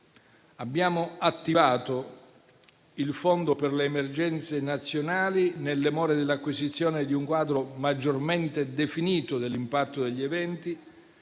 Abbiamo attivato il fondo per le emergenze nazionali nelle more dell'acquisizione di un quadro maggiormente definito dell'impatto degli eventi,